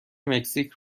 مکزیک